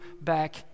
back